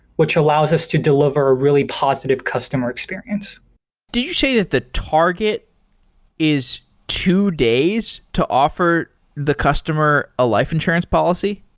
which allows us to deliver a really positive customer experience did you say that the target is two days to offer the customer a life insurance policy?